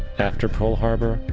after pearl harbor,